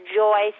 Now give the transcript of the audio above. joy